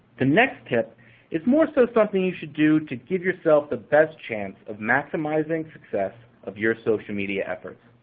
the next tip is more so something you should do to give yourself the best chance of maximizing success of your social media efforts.